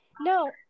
No